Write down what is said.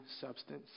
substance